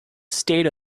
state